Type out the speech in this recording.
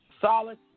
solid